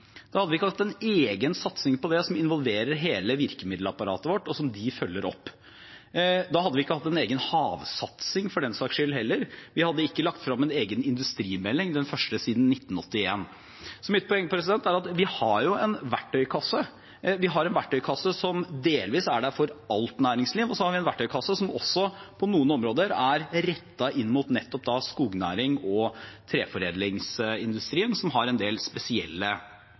egen havsatsing, for den saks skyld, og vi hadde ikke lagt frem en egen industrimelding, den første siden 1981. Mitt poeng er at vi har jo en verktøykasse; vi har en verktøykasse som delvis er der for alt næringsliv, og så har vi en verktøykasse som på noen områder er rettet inn mot nettopp skognæringen og treforedlingsindustrien, som har